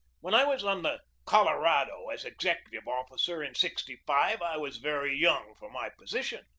when i was on the colorado as executive officer in sixty five i was very young for my position.